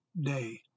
day